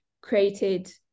created